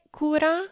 cura